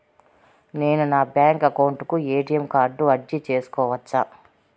నేను నా bank account కు ఎ.టి.ఎం కార్డు అర్జీ సేసుకోవచ్చా?